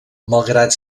malgrat